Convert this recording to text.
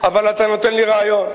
אבל אתה נותן לי רעיון.